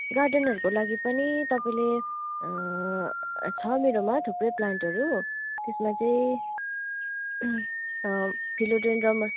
गार्डनहरूको लागि पनि तपाईँले छ मेरोमा थुप्रै प्लान्टहरू त्यसमा चाहिँ फिलोडेन्ड्रनमा